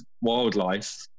wildlife